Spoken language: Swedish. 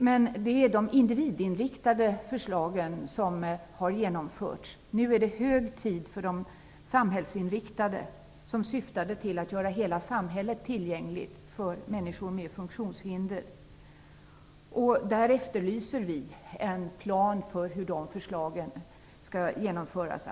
Men det är de individinriktade förslagen som har genomförts. Nu är det hög tid för de samhällsinriktade som syftar till att göra hela samhället tillgängligt för människor med funktionshinder. Vi efterlyser en plan från regeringen för hur dessa förslag skall genomföras.